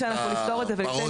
שאנחנו נפתור את זה וניתן תשובה.